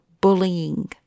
bullying